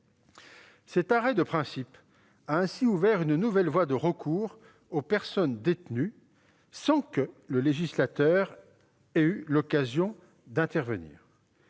Cet arrêt de principe a ainsi ouvert une nouvelle voie de recours aux personnes détenues sans que le législateur ait eu l'occasion d'intervenir.